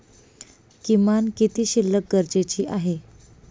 किमान किती शिल्लक गरजेची आहे?